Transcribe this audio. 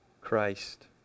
Christ